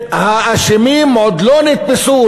שהאשמים עוד לא נתפסו,